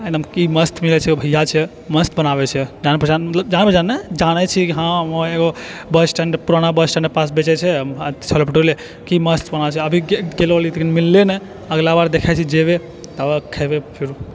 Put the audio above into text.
आओर एगदम की मस्त मिलै छै भैया छै मस्त बनाबै छै जान पहिचान मतलब जान पहिचान नहि जानै छै कि हँ एगो बस स्टैंड पुराना बस स्टैंडके पास बेचै छै छोले भठूरे की मस्त बनाबै छै अभी गेलो रहियै लेकिन मिललो नहि अगिला बार देखै छियै जेबै तब खेबै पीबै